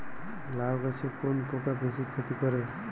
লাউ গাছে কোন পোকা বেশি ক্ষতি করে?